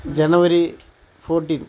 January fourteen